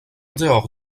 dehors